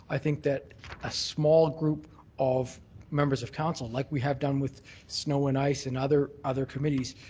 i think that a small group of members of council like we have done with snow and ice and other other committees,